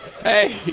hey